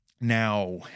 Now